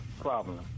problem